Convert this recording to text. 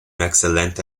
excelente